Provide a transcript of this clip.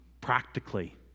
practically